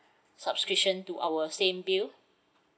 subscription to our same bill